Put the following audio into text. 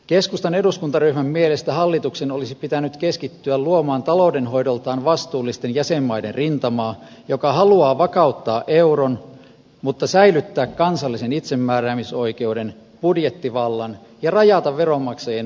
keskustan eduskuntaryhmän mielestä hallituksen olisi pitänyt keskittyä luomaan taloudenhoidoltaan vastuullisten jäsenmaiden rintamaa joka haluaa vakauttaa euron mutta säilyttää kansallisen itsemääräämisoikeuden budjettivallan ja rajata veronmaksajien vastuut selvästi